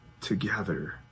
together